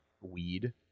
weed